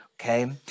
okay